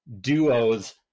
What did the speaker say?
Duos